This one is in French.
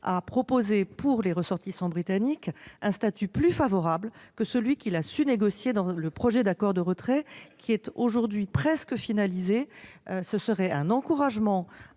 prévoir pour les ressortissants britanniques un statut plus favorable que celui qu'il a su négocier dans le projet d'accord de retrait, qui est aujourd'hui presque finalisé. Le faire, ce serait encourager